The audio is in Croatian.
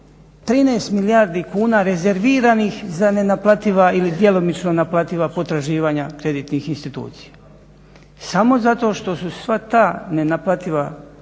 13 milijardi kuna rezerviranih za nenaplativa ili djelomično naplativa potraživanja kreditnih institucija. Samo zato što su sve te nenaplative